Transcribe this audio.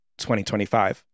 2025